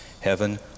heaven